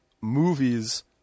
movies